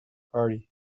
party